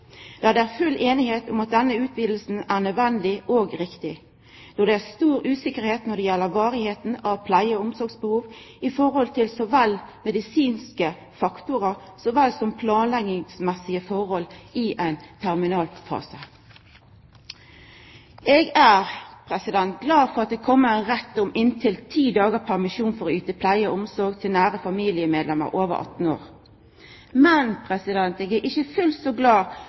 Det er full semje om at denne utvidinga er nødvendig og riktig, for det er stor usikkerheit når det gjeld varigheita av pleie- og omsorgsbehov, både medisinske faktorar så vel som planleggingsmessige forhold i ein terminalfase. Eg er glad for at det kjem inn ein rett til permisjon på inntil ti dagar for å yta pleie og omsorg til nære familiemedlemer over 18 år. Men eg er ikkje fullt så glad